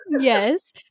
Yes